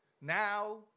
now